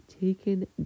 taken